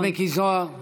חבר הכנסת מיקי זוהר,